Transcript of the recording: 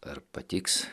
ar patiks